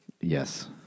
Yes